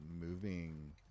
moving